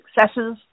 successes